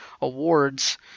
awards